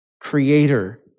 creator